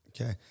Okay